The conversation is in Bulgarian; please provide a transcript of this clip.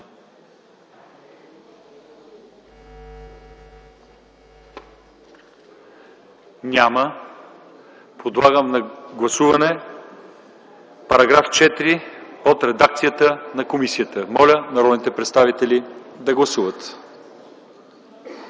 Няма. Подлагам на гласуване § 4 в редакция на комисията. Моля народните представители да гласуват.